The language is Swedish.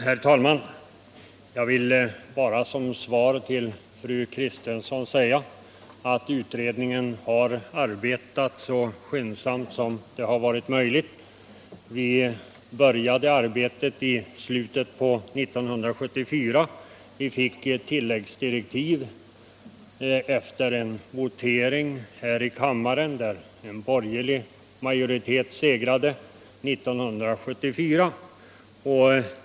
Herr talman! Som svar till fru Kristensson vill jag säga att utredningen har arbetat så skyndsamt som det har varit möjligt. Vi började arbetet i slutet av 1974, och vi fick tilläggsdirektiv efter en votering här i kammaren, där en borgerlig majoritet segrade år 1974.